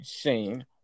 seen